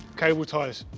cable tighteners.